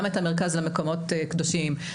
גם את המרכז למקומות קדושים,